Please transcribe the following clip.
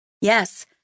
Yes